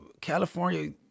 california